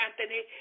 Anthony